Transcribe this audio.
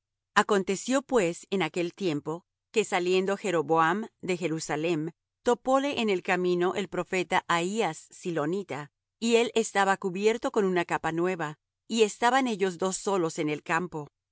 aconteció pues en aquel tiempo que saliendo jeroboam de jerusalem topóle en el camino el profeta ahías silonita y él estaba cubierto con una capa nueva y estaban ellos dos solos en el campo